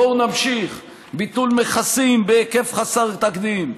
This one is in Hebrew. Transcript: בואו נמשיך: ביטול מכסים בהיקף חסר תקדים,